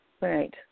Right